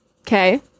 okay